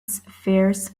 affairs